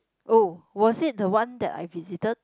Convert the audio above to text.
oh was it the one that I visited